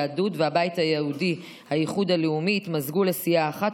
יהדות וסיעת הבית היהודי-האיחוד הלאומי התמזגו לסיעה אחת,